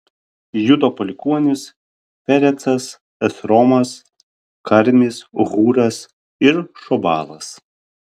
judo palikuonys perecas esromas karmis hūras ir šobalas